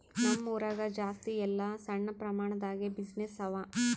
ನಮ್ ಊರಾಗ ಜಾಸ್ತಿ ಎಲ್ಲಾ ಸಣ್ಣ ಪ್ರಮಾಣ ದಾಗೆ ಬಿಸಿನ್ನೆಸ್ಸೇ ಅವಾ